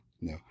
No